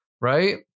Right